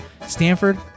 stanford